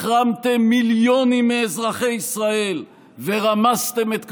החרמתם מיליונים מאזרחי ישראל ורמסתם את כבודם.